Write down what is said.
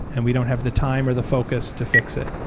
and we don't have the time or the focus to fix it.